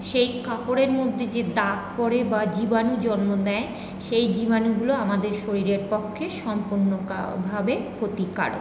সেই কাপড়ের মধ্যে যে দাগ পরে বা জীবাণু জন্ম নেয় সেই জীবাণুগুলো আমাদের শরীরের পক্ষে সম্পূর্ণ ভাবে ক্ষতিকারক